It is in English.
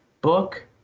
book